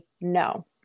no